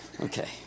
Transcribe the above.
Okay